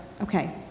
okay